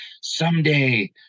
someday